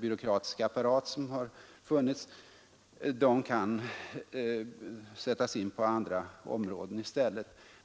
byråkratiska apparat som vi haft och har, i stället kan sättas in på andra områden.